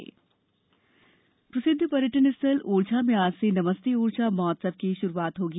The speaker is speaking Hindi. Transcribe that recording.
नमस्ते ओरछा प्रसिद्ध पर्यटन स्थल ओरछा में आज से नमस्ते ओरछा महोत्सव की शुरूआत होगी